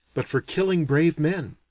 but for killing brave men.